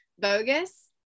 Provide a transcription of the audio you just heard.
bogus